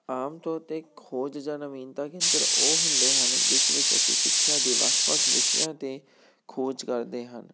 ਆਮ ਤੌਰ 'ਤੇ ਖੋਜ ਜਾਂ ਨਵੀਨਤਾ ਕੇਂਦਰ ਉਹ ਹੁੰਦੇ ਹਨ ਜਿਸ ਵਿੱਚ ਅਸੀਂ ਸਿੱਖਿਆ ਦੇ ਵੱਖ ਵੱਖ ਵਿਸ਼ਿਆਂ 'ਤੇ ਖੋਜ ਕਰਦੇ ਹਨ